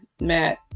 Matt